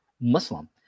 Muslim